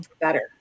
better